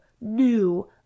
new